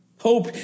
Hope